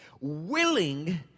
willing